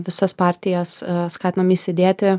visas partijas skatinam įsidėti